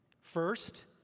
first